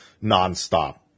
non-stop